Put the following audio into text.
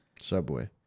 Subway